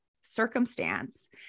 circumstance